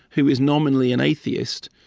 who is nominally an atheist,